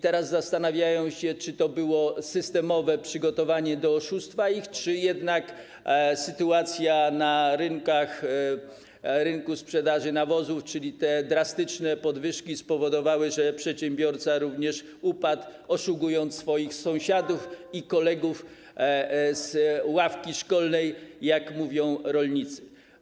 Teraz rolnicy zastanawiają się, czy to było systemowe przygotowanie do oszukania ich, czy to jednak sytuacja na rynku sprzedaży nawozów, czyli te drastyczne podwyżki, spowodowała, że przedsiębiorca również upadł, oszukując swoich sąsiadów i kolegów z ławki szkolnej, jak mówią rolnicy.